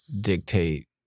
dictate